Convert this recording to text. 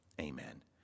Amen